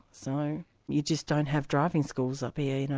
so you just don't have driving schools up here, you know,